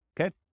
Okay